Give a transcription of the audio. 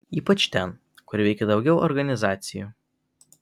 ypač ten kur veikė daugiau organizacijų